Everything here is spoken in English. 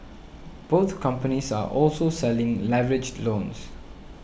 both companies are also selling leveraged loans